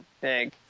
big